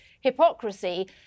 hypocrisy